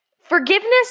forgiveness